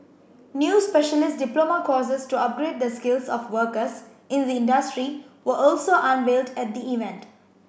new specialist diploma courses to upgrade the skills of workers in the industry were also unveiled at the event